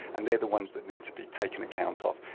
and they're the ones that need to be taken account ah of.